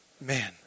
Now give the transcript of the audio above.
Man